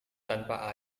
tanpa